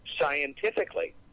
scientifically